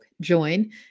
join